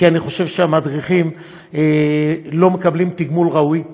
כי אני חושב שהמדריכים לא מקבלים תגמול ראוי,